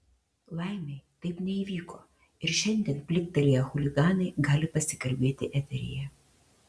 laimei taip neįvyko ir šiandien pliktelėję chuliganai gali pasikalbėti eteryje